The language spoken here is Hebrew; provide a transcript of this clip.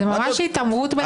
זו ממש התעמרות בחברי כנסת.